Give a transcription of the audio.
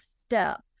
step